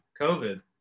COVID